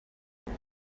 nywa